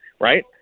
right